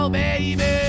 baby